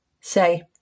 say